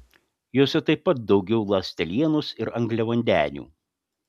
jose taip pat daugiau ląstelienos ir angliavandenių